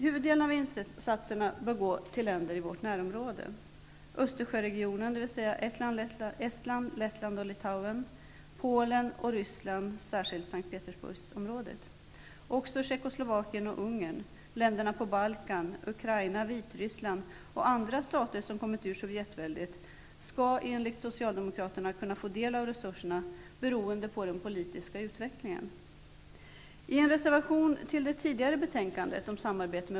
Huvuddelen av insatserna bör gå till länder i vårt närområde såsom Östersjöregionen, dvs. Estland, Lettland, Litauen, Polen och Ryssland -- särskilt S:t Petersburgsområdet. Också Tjeckoslovakien och Vitryssland, och andra stater som kommit ur Sovjetväldet, skall enligt Socialdemokraterna kunna få del av resurserna beroende på den politiska utvecklingen.